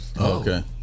Okay